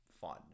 fun